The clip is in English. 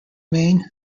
maine